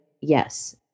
yes